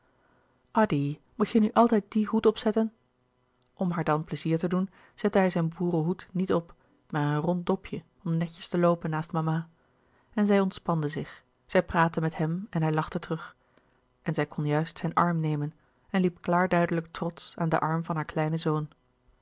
addy moet je nu altijd dien hoed opzetten om haar dan pleizier te doen zette hij zijn boerenhoed niet op maar een rond dopje om netjes te loopen naast mama en zij ontspande zich zij praatte met hem en hij lachte terug en zij kon juist zijn arm nemen en liep klaarduidelijk trotsch aan den arm van haar kleinen zoon